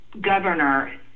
governor